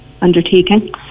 undertaking